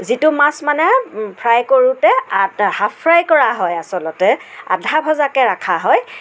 যিটো মাছ মানে ফ্ৰাই কৰোঁতে আ হাফ ফ্ৰাই কৰা হয় আচলতে আধা ভজাকৈ ৰখা হয়